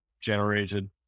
generated